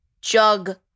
Jug